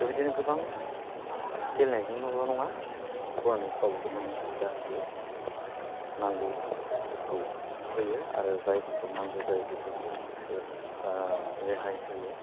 बेबायदिनो गोबां गेलेनायजोंल' नङा फरायनायफ्रावबो गोबां सुबिदा होयो नांगौफोरखौ होयो आरो जायफोरखौ नांगौ जायो बेफोरखौ एसे रेहाय होयो